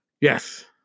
Yes